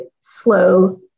slow